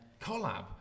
collab